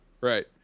Right